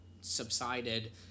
subsided